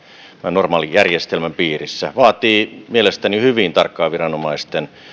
normaalin järjestelmän piirissä se vaatii mielestäni hyvin tarkkaa viranomaisten